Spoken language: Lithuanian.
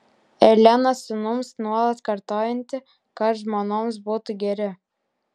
elena sūnums nuolat kartojanti kad žmonoms būtų geri